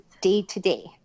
day-to-day